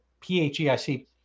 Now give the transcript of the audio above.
PHEIC